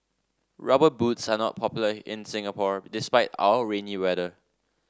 rubber boots are not popular in Singapore despite our rainy weather